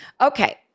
Okay